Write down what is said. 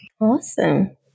Awesome